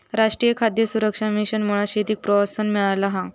राष्ट्रीय खाद्य सुरक्षा मिशनमुळा शेतीक प्रोत्साहन मिळाला हा